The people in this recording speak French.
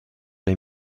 les